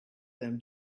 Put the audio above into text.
them